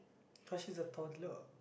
cause she is a toddler